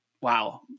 Wow